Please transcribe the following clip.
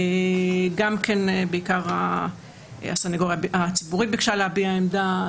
בעיקר הסנגוריה הציבורית ביקשה להביע עמדה,